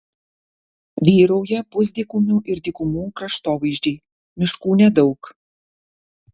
vyrauja pusdykumių ir dykumų kraštovaizdžiai miškų nedaug